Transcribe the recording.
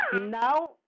Now